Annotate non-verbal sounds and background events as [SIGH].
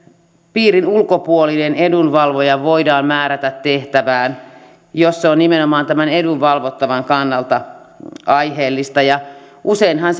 piirin ulkopuolinen edunvalvoja voidaan määrätä tehtävään jos se on nimenomaan tämän edunvalvottavan kannalta aiheellista ja useinhan [UNINTELLIGIBLE]